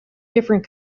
different